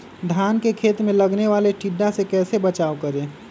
धान के खेत मे लगने वाले टिड्डा से कैसे बचाओ करें?